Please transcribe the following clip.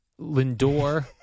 Lindor